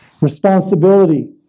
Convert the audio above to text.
responsibility